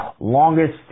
Longest